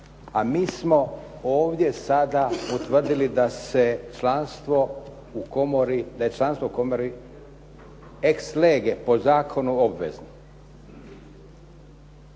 a mi smo ovdje sada utvrdili da je članstvo u komoru ex lege, po zakonu, obvezno.